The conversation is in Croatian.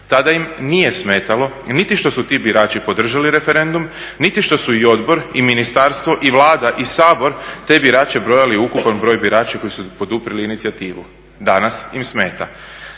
Tada im nije smetalo niti što su ti birači podržali referendum, niti što su i odbor i ministarstvo i Vlada i Sabor te birače brojali u ukupan broj birača koji su poduprijeli inicijativu. Danas im smeta.